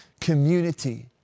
community